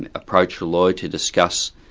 and approach a lawyer to discuss